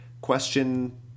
question